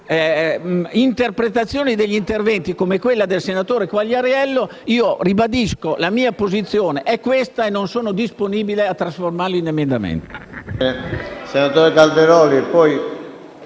interpretazioni come quella del senatore Quagliariello, lo ribadisco: la mia posizione è questa e non sono disponibile a trasformare la proposta in emendamento.